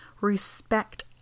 Respect